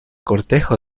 cortejo